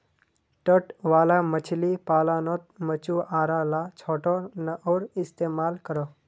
तट वाला मछली पालानोत मछुआरा ला छोटो नओर इस्तेमाल करोह